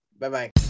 Bye-bye